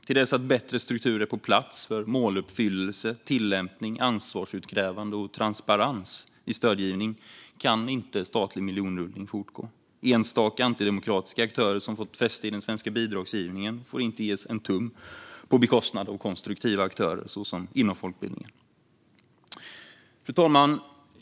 Till dess att bättre strukturer är på plats för måluppfyllelse, tillämpning, ansvarsutkrävande och transparens vid stödgivning kan inte statlig miljonrullning fortgå. Enstaka antidemokratiska aktörer som fått fäste i den svenska bidragsgivningen får inte ges en tum på bekostnad av konstruktiva aktörer så som inom folkbildningen. Fru talman!